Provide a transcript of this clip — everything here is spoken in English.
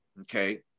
Okay